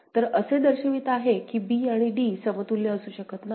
तर असे दर्शवित आहे की b आणि d समतुल्य असू शकत नाहीत